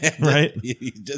Right